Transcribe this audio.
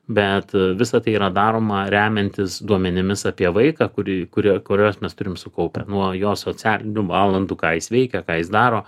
bet visa tai yra daroma remiantis duomenimis apie vaiką kurį kuria kuriuos mes turim sukaupę nuo jo socialinių valandų ką jis veikia ką jis daro